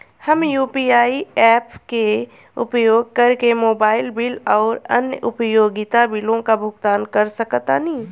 हम UPI apps के उपयोग करके मोबाइल बिल आउर अन्य उपयोगिता बिलों का भुगतान कर सकतानी